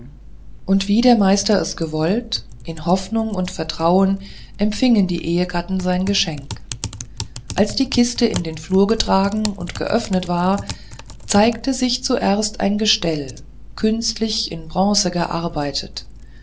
und wie der meister es gewollt in hoffnung und vertrauen empfingen die ehegatten sein geschenk als die kiste in den flur getragen und geöffnet war zeigte sich zuerst ein gestelle künstlich in bronze gearbeitet